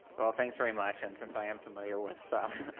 well thanks very much, and since i am familiar with